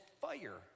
fire